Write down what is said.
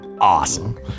awesome